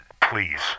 Please